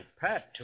pat